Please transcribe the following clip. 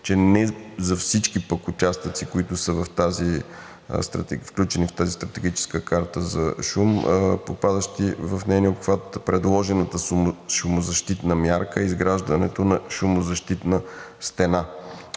че за всички участъци, които са включени в тази стратегически карта за шум, попадащи в нейния обхват, предложената шумозащитна мярка е изграждането на шумозащитна стена